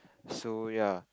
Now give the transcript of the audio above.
so ya